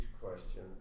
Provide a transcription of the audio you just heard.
question